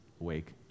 awake